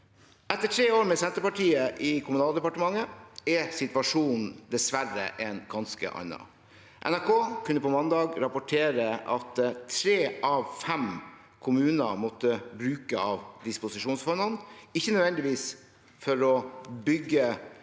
Etter tre år med Senterpartiet i Kommunaldepartementet er situasjonen dessverre en ganske annen. NRK kunne på mandag rapportere at tre av fem kommuner måtte bruke av disposisjonsfondene, ikke nødvendigvis for å bygge